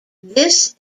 this